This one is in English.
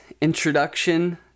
introduction